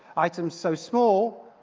items so small,